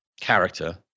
character